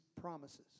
promises